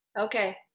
Okay